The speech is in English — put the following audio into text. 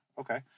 Okay